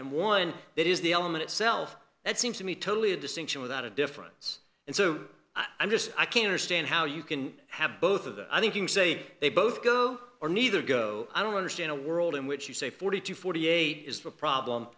and one that is the element itself that seems to me totally a distinction without a difference and so i'm just i can't understand how you can have both of the thinking say they both go or neither go i don't understand a world in which you say forty to forty eight is the problem